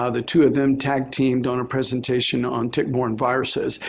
ah the two of them tag-teamed done a presentation on tick-borne viruses.